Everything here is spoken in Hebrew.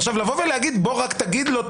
לבוא ולהגיד: רק תגיד לו,